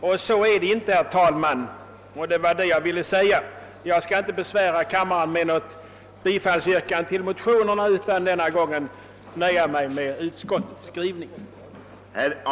Men det är det inte, herr talman, och det var detta jag ville säga. Jag skall inte besvära kammaren med något yrkande om bifall till motionerna utan nöjer mig för denna gång med vad utskottet anfört.